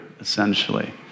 essentially